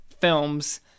films